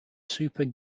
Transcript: super